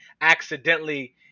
accidentally